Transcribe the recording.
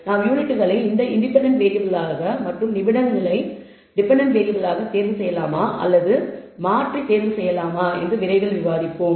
நாம் யூனிட்களை இன்டெபென்டென்ட் வேறியபிளாக மற்றும் நிமிடங்களை டெபென்டென்ட் வேறியபிளாக தேர்வு செய்யலாமா அல்லது மாற்றி தேர்வு செய்யலாமா என்று விரைவில் விவாதிப்பேன்